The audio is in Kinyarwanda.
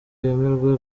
yemerwe